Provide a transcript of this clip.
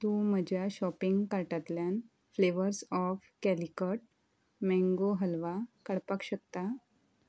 तूं म्हज्या शॉपिंग कार्टांतल्यान flavours of Calicut mango halwa काडपाक शकता